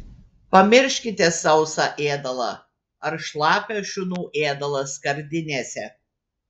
pamirškite sausą ėdalą ar šlapią šunų ėdalą skardinėse